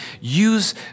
use